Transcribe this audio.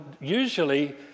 usually